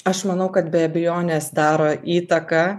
aš manau kad be abejonės daro įtaką